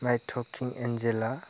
माइ talking Angela